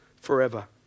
forever